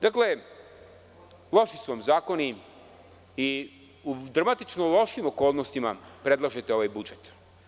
Dakle, loši su vam zakoni i u dramatično lošim okolnostima predlažete ovaj budžet.